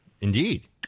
Indeed